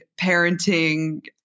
parenting